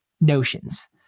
notions